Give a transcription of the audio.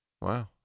Wow